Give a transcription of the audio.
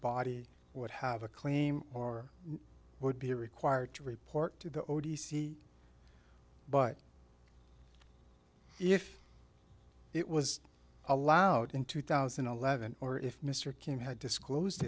body would have a claim or would be required to report to the o t c but if it was allowed in two thousand and eleven or if mr kim had disclosed